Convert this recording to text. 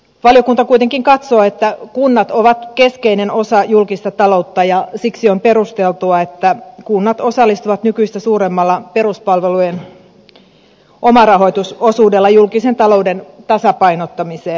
valiokunta kuitenkin katsoo että kunnat ovat keskeinen osa julkista taloutta ja siksi on perusteltua että kunnat osallistuvat nykyistä suuremmalla peruspalvelujen omarahoitusosuudella julkisen talouden tasapainottamiseen